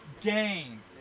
game